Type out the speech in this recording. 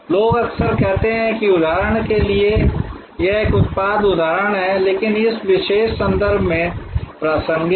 लोग अक्सर कहते हैं कि उदाहरण के लिए यह एक उत्पाद उदाहरण है लेकिन इस विशेष संदर्भ में प्रासंगिक है